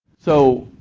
so,